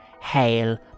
hail